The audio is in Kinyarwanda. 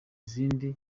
izindi